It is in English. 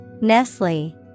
Nestle